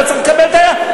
לא צריך לקבל את ההכשר?